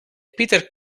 peter